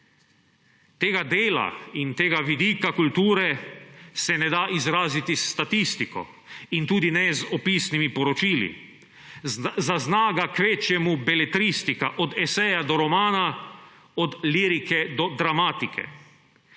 Tega dela in tega vidika kulture se ne da izraziti s statistiko in tudi ne z opisnimi poročili. Zazna ga kvečjemu beletristika, od eseja do romana, od lirike do dramatike.